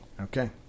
Okay